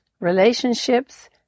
relationships